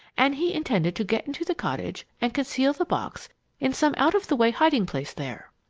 and he intended to get into the cottage and conceal the box in some out-of-the-way hiding-place there.